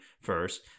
first